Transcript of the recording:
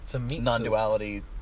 non-duality